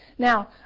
Now